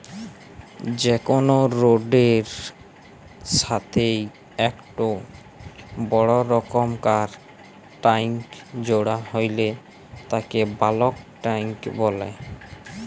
যে কোনো রোডের এর সাথেই একটো বড় রকমকার ট্যাংক জোড়া হইলে তাকে বালক ট্যাঁক বলে